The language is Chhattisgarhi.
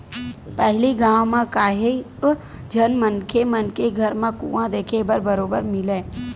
पहिली गाँव म काहेव झन मनखे मन के घर म कुँआ देखे बर बरोबर मिलय